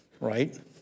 right